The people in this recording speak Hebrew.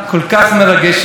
שהקליט לי ברכה,